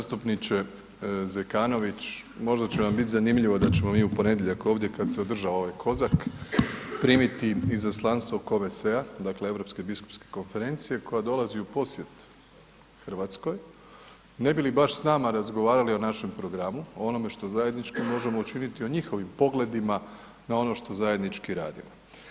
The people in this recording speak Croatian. Evo, zastupniče Zekanović, možda će vam bit zanimljivo da ćemo mi u ponedjeljak ovdje kad se održava ovaj kozak primati izaslanstvo COMECE-a, dakle Europske biskupske konferencije koja dolazi u posjet RH, ne bi li baš s nama razgovarali o našem programu, o onome što zajednički možemo učiniti o njihovim pogledima na ono što zajednički radimo.